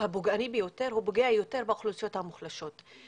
הפוגעני ביותר הוא פוגע יותר באוכלוסיות המוחלשות.